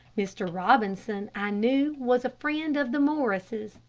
mr. robinson i knew was a friend of the morrises,